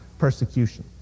persecution